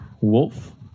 Wolf